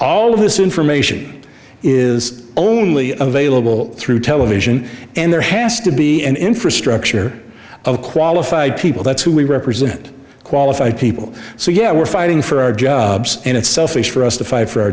all of this information is only available through television and there has to be an infrastructure of qualified people that's who we represent qualified people so yeah we're fighting for our jobs and it's selfish for us to fight for our